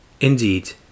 Indeed